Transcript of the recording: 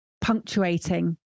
punctuating